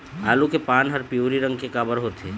आलू के पान हर पिवरी रंग के काबर होथे?